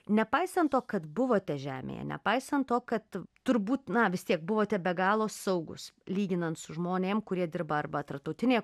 nepaisant to kad buvote žemėje nepaisant to kad turbūt na vis tiek buvote be galo saugūs lyginant su žmonėm kurie dirba arba tarptautinėje